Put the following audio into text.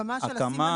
בהקמה של הסימנור,